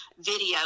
video